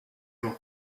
jours